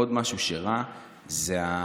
עוד משהו שרע בעיניי